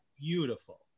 beautiful